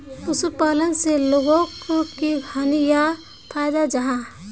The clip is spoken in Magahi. पशुपालन से लोगोक की हानि या फायदा जाहा?